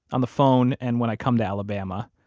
on the phone and when i come to alabama.